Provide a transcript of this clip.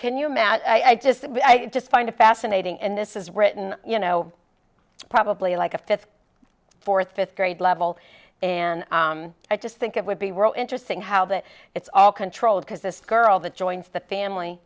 can you matt i just just find it fascinating and this is written you know probably like a fifth fourth fifth grade level and i just think it would be were interesting how that it's all controlled because this girl that joins the family